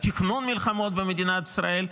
תכנון מלחמות במדינת ישראל,